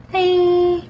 Hey